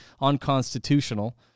unconstitutional